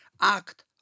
act